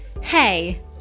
Hey